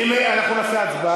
אנחנו נעשה הצבעה.